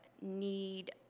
need